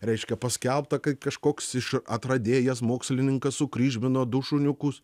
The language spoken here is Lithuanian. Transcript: reiškia paskelbta kai kažkoks iš atradėjas mokslininkas sukryžmino du šuniukus